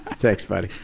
thanks, buddy.